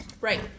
Right